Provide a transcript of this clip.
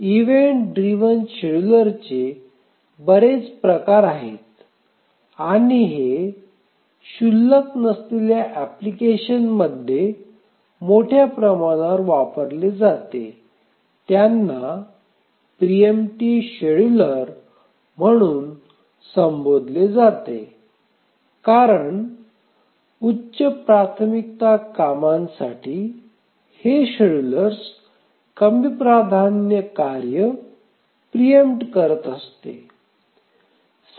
event drive शेड्यूलरचे बरेच प्रकार आहेत आणि हे क्षुल्लक नसलेल्या एप्लिकेशन मध्ये मोठ्या प्रमाणावर वापरले जाते त्यांना प्री एम्पॅटीव्ह शेड्युलर म्हणून संबोधले जाते कारण उच्च प्राथमिकता कामांसाठी हे शेड्यूलर्स कमी प्राधान्य कार्य प्री एम्प्ट करत असते